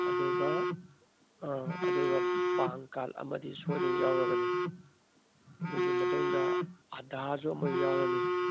ꯑꯗꯨꯒ ꯑꯪ ꯑꯗꯨꯒ ꯄꯥꯟ ꯀꯥꯔꯠ ꯑꯃꯗꯤ ꯁꯣꯏꯗꯅ ꯌꯥꯎꯔꯒꯅꯤ ꯑꯗꯨꯒꯤ ꯃꯊꯪꯗ ꯑꯗꯥꯔꯁꯨ ꯑꯃ ꯌꯥꯎꯔꯅꯤ